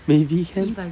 maybe can